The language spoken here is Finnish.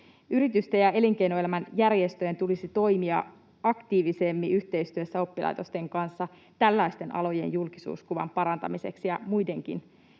Yritysten ja elinkeinoelämän järjestöjen tulisi toimia aktiivisemmin yhteistyössä oppilaitosten kanssa tällaisten alojen julkisuuskuvan parantamiseksi ja muiden